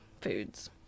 foods